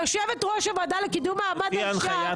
יושבת ראש הוועדה לקידום מעמד האישה --- לפי הנחיית